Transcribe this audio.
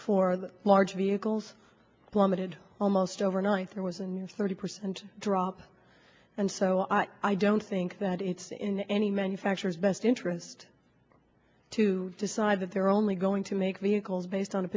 the large vehicles plummeted almost overnight there was a new thirty percent drop and so i i don't think that it's in any manufacturer's best interest to decide that they're only going to make vehicles based on a